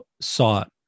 sought